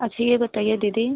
अच्छा ये बताइए दीदी